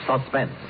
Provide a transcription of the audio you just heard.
suspense